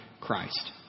christ